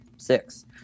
six